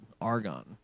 Argon